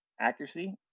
accuracy